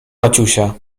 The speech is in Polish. maciusia